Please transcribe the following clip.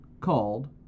called